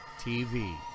tv